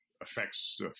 affects